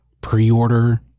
pre-order